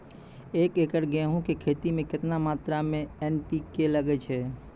एक एकरऽ गेहूँ के खेती मे केतना मात्रा मे एन.पी.के लगे छै?